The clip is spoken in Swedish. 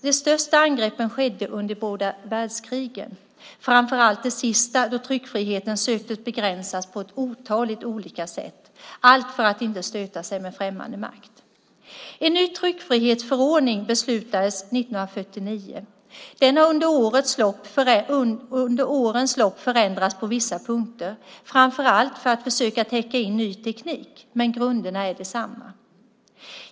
De största angreppen skedde under de båda världskrigen, framför allt det sista då tryckfriheten söktes begränsas på ett otal olika sätt - allt för att inte stöta sig med främmande makt. En ny tryckfrihetsförordning beslutades 1949. Den har under årens lopp förändrats på vissa punkter, framför allt för att försöka täcka in ny teknik. Men grunderna är desamma.